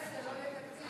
אחרי זה לא יהיה תקציב,